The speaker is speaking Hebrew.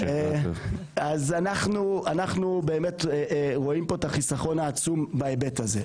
אנחנו באמת רואים פה את החיסכון העצום בהיבט הזה.